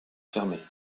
fermée